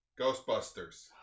Ghostbusters